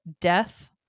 Death